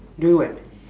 do what